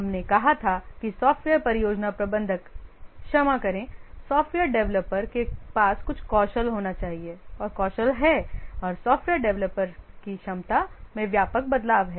हमने कहा था कि सॉफ्टवेयर परियोजना प्रबंधक क्षमा करें सॉफ्टवेयर डेवलपर के पास कुछ कौशल हैं और सॉफ्टवेयर डेवलपर्स की क्षमता में व्यापक बदलाव है